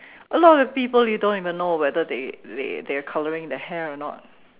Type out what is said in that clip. a lot of people you don't even know whether they they they are colouring their hair or not